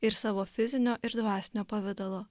ir savo fizinio ir dvasinio pavidalo